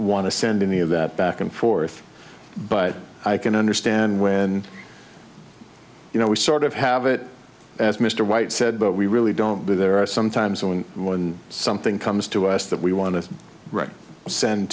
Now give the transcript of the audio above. want to send any of that back and forth but i can understand when you know we sort of have it as mr white said but we really don't but there are sometimes on one something comes to us that we want to send